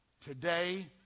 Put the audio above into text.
today